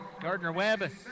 Gardner-Webb